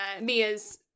Mia's